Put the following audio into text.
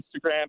Instagram